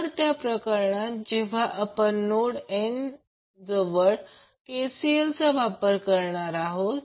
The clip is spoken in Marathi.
तर त्या प्रकरणात जेव्हा आपण नोड N जवळ KCL चा वापर करणार आहोत